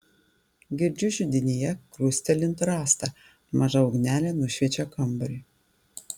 girdžiu židinyje krustelint rastą maža ugnelė nušviečia kambarį